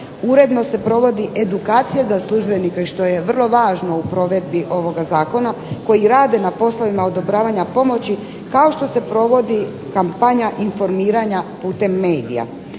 Uredno se provodi edukacija za službenike što je vrlo važno u provedbi ovoga zakona, koji rade na poslovima odobravanja pomoći, kao što se provodi kampanja informiranja putem medija.